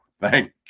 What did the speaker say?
thank